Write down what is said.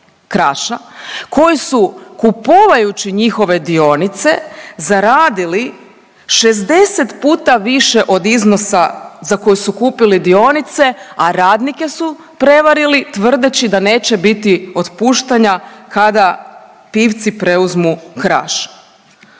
koji su kupovajući njihove dionice zaradili 60 puta više od iznosa za koji su kupili dionice, a radnike su prevarili tvrdeći da neće biti otpuštanja kada Pivci preuzmu Kraš.